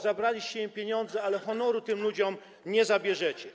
Zabraliście im pieniądze, ale honoru tym ludziom nie zabierzecie.